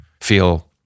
feel